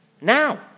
now